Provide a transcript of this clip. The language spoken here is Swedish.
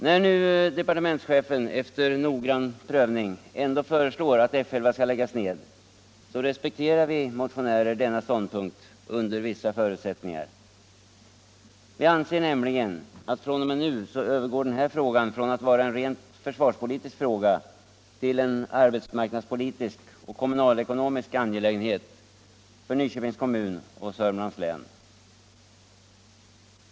När nu departementschefen efter noggrann prövning ändå föreslår att F 11 skall läggas ned, så respekterar vi motionärer denna ståndpunkt under vissa förutsättningar. Vi anser nämligen att den här frågan fr.o.m. nu övergår från att vara en rent försvarspolitisk fråga till att vara en arbetsmarknadspolitisk och kommunalekonomisk angelägenhet för Nyköpings kommun och Södermanlands län.